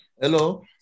hello